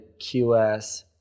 QS